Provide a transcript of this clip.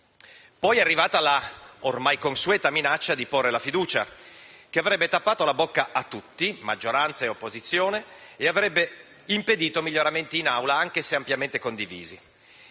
Poi è arrivata l'ormai consueta minaccia di porre la fiducia, che avrebbe tappato la bocca a tutti - maggioranza e opposizione - e avrebbe impedito miglioramenti in Aula, anche se ampiamente condivisi.